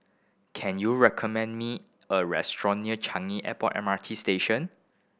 can you recommend me a restaurant near Changi Airport M R T Station